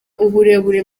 uburebure